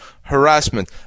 harassment